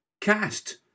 Cast